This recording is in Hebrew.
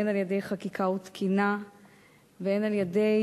הן על-ידי חקיקה ותקינה והן על-ידי